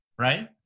right